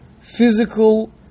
physical